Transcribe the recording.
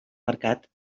mercat